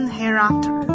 hereafter